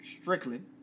Strickland